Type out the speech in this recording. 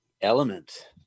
element